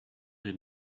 hid